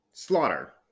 Slaughter